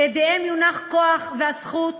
בידיהן יונחו הכוח והזכות